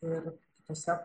ir kitose